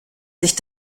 sich